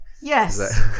Yes